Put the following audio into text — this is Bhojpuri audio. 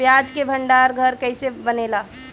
प्याज के भंडार घर कईसे बनेला?